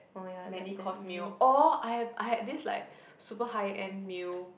many course meal or I have I had this like super high end meal